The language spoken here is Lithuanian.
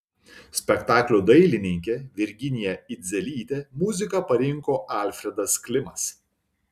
spektaklio dailininkė virginija idzelytė muziką parinko alfredas klimas